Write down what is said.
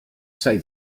say